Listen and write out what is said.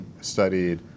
studied